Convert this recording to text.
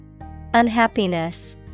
Unhappiness